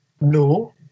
No